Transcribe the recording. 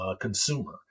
consumer